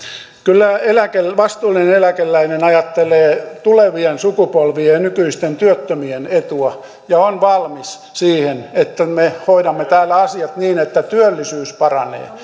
kyllä vastuullinen eläkeläinen ajattelee tulevien sukupolvien ja nykyisten työttömien etua ja on valmis siihen että me hoidamme täällä asiat niin että työllisyys paranee